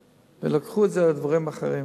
עליה.